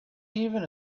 even